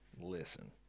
listen